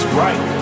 right